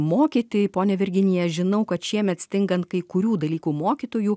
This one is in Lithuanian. mokyti ponia virginija žinau kad šiemet stingant kai kurių dalykų mokytojų